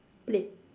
plate